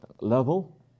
level